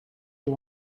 you